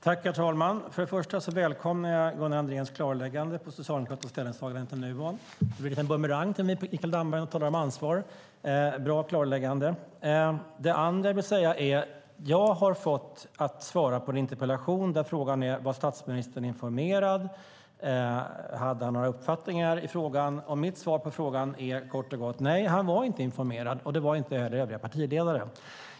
Herr talman! Det första jag vill säga är att jag välkomnar Gunnar Andréns klarläggande om Socialdemokraternas ställningstagande beträffande Nuon, vilket är en bumerang till Mikael Damberg när han talar om ansvar. Det var ett bra klarläggande. Det andra jag vill säga är att jag fått en interpellation om huruvida statsministern var informerad och om han hade några uppfattningar i frågan. Mitt svar på frågan är kort och gott: Nej, han var inte informerad, och det var inte heller övriga partiledare.